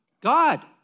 God